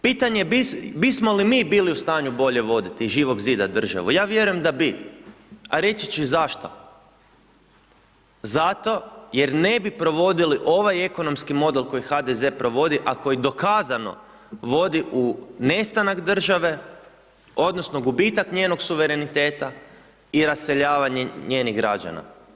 Pitanje, bismo li mi bili u stanju bolje voditi iz Živog Zida državu, ja vjerujem da bi, a reći ću i zašto, zato jer ne bi provodili ovaj ekonomski model koji HDZ vodi, a koji dokazano, vodi u nestanak države odnosno gubitak njenog suvereniteta i raseljavanje njenih građana.